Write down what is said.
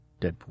Deadpool